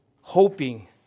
hoping